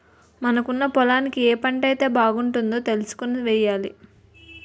మనకున్న పొలానికి ఏ పంటైతే బాగుంటదో తెలుసుకొని సెయ్యాలి